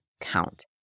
count